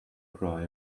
cry